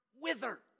wither